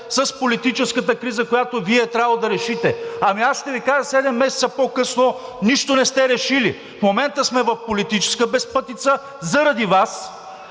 с политическата криза, която Вие е трябвало да решите. Ами, аз ще Ви кажа, 7 месеца по-късно нищо не сте решили! В момента сме в политическа безпътица… (Реплики